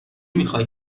میخای